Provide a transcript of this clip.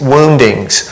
Woundings